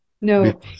no